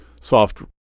soft